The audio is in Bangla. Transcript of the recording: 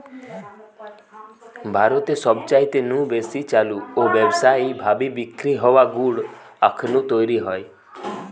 ভারতে সবচাইতে নু বেশি চালু ও ব্যাবসায়ী ভাবি বিক্রি হওয়া গুড় আখ নু তৈরি হয়